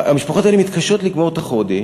מתקשות לגמור את החודש,